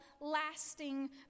lasting